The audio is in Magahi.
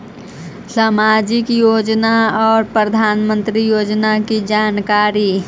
समाजिक योजना और प्रधानमंत्री योजना की जानकारी?